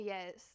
Yes